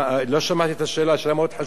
קרייניות, כלניות?